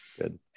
Good